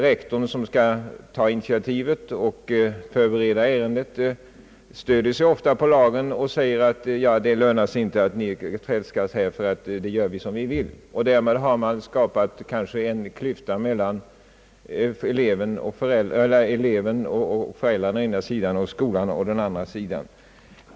Rektorn som skall ta initiativet och förbereda ärendet stöder sig kanske på lagen och säger: »Det lönar sig inte att ni tredskas, ty vi gör som vi vill.» Därmed har man kanske skapat en klyfta mellan eleverna och föräldrarna å ena sidan och skolan å andra sidan.